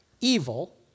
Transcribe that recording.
evil